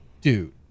dude